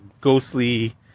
ghostly